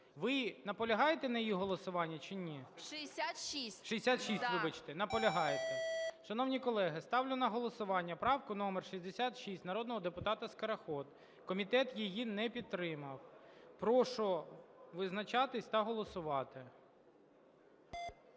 ви наполягаєте на її голосуванні, чи ні? СКОРОХОД А.К. 66. Так. ГОЛОВУЮЧИЙ. 66, вибачте. Наполягаєте? Шановні колеги, ставлю на голосування правку номер 66 народного депутата Скороход. Комітет її не підтримав. Прошу визначатись та голосувати.